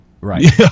Right